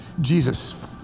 Jesus